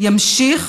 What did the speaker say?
ימשיך